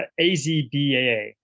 AZBAA